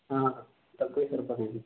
తక్కువ సరిపోతాయి అండి